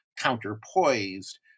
counterpoised